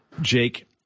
jake